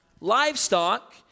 Livestock